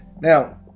Now